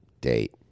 Date